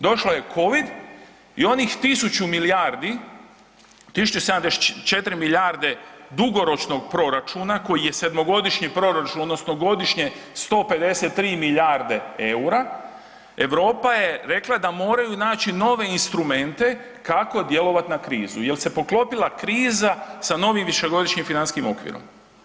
Došla je covid i onih tisuću milijardi, tisuću i 74 milijarde dugoročnog proračuna koji je 7.-godišnji proračun odnosno godišnje 153 milijarde EUR-a, Europa je rekla da moraju naći nove instrumente kako djelovat na krizu jel se poklopila kriza sa novim višegodišnjim financijskim okvirom.